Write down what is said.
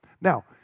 Now